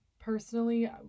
personally